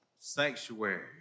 sanctuary